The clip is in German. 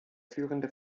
führende